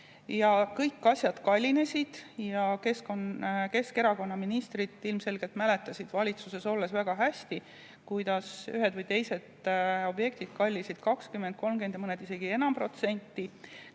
ja kõik asjad kallinesid – Keskerakonna ministrid ilmselgelt mäletasid valitsuses olles väga hästi, kuidas ühed või teised objektid kallinesid 20%–30% ja mõned isegi enam protsenti,